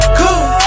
cool